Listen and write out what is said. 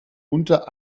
unter